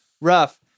rough